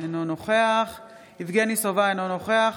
אינו נוכח יבגני סובה, אינו נוכח